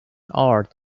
art